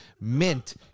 mint